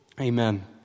Amen